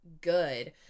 good